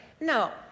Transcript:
no